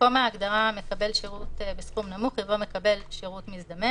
במקום ההגדרה "מקבל שירות בסכום נמוך" יבוא: "מקבל שירות מזדמן"